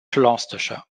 gloucestershire